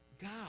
God